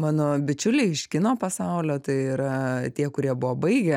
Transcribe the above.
mano bičiuliai iš kino pasaulio tai yra tie kurie buvo baigę